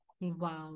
Wow